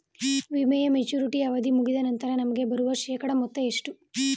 ವಿಮೆಯ ಮೆಚುರಿಟಿ ಅವಧಿ ಮುಗಿದ ನಂತರ ನಮಗೆ ಬರುವ ಶೇಕಡಾ ಮೊತ್ತ ಎಷ್ಟು?